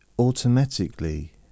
Automatically